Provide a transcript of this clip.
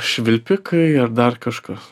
švilpikai ar dar kažkas